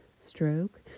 Stroke